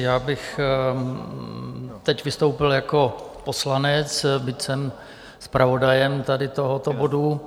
Já bych teď vystoupil jako poslanec, byť jsem zpravodajem tohoto bodu.